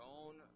own